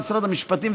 במשרד המשפטים,